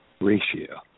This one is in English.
ratio